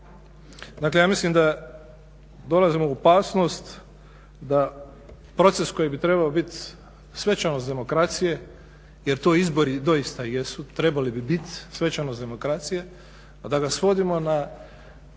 Dakle, ja mislim da dolazimo u opasnost da proces koji bi trebao biti svečanost demokracije jer to izbori doista i jesu, trebali bi biti svečanost demokracije, da ga svodimo na